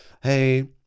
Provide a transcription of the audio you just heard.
hey